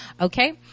Okay